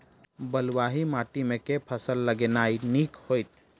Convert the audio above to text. बलुआही माटि मे केँ फसल लगेनाइ नीक होइत?